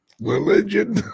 religion